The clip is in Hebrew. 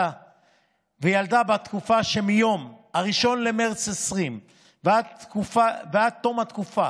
וילדה בתקופה שמיום 1 למרץ 20 ועד תום התקופה,